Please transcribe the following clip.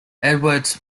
edwards